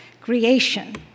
creation